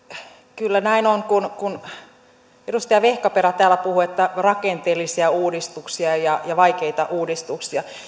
kyllä näin on edustaja vehkaperä täällä puhui että tehdään rakenteellisia uudistuksia ja vaikeita uudistuksia